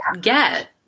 get